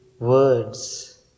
Words